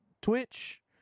Twitch